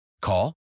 Call